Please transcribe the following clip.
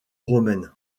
romaine